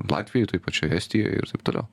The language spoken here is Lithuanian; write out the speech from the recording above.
latvijoj toj pačioj estijoj ir taip toliau